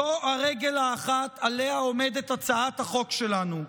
זו הרגל האחת שעליה עומדת הצעת החוק שלנו.